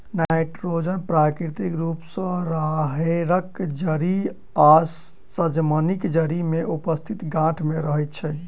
nitrogen प्राकृतिक रूप सॅ राहैड़क जड़ि आ सजमनिक जड़ि मे उपस्थित गाँठ मे रहैत छै